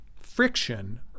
friction